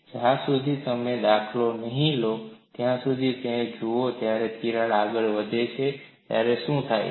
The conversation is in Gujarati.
જ્યાં સુધી તમે દાખલો નહીં લો ત્યાં સુધી તેને જુઓ જ્યારે તિરાડ આગળ વધે છે ત્યારે શું થાય છે